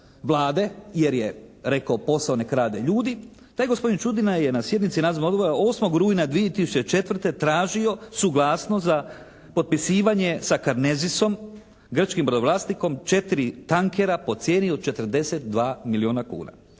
Vlade jer je rekao posao nek' rade ljudi. Taj gospodin Čudina je na sjednici nadzornog odbora 8. rujna 2004. tražio suglasnost za potpisivanje sa "Karnezisom" grčkim brodovlasnikom, 4 tankera po cijeni od 42 milijuna kuna.